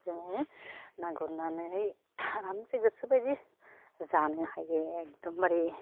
जोङो ना गुरनानै आरामसे गोसोबादि जानो हायो एकदमबारि